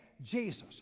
Jesus